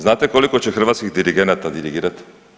Znate koliko će hrvatskih dirigenata dirigirati?